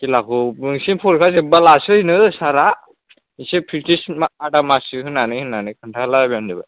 खेलाखौ नोंसोर फरिख्खा जोबबा लासैनो सारा एसे प्रेकटिस आदामाससो होनानै होननानै खोन्थालायबानो जाबाय